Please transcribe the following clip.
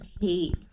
hate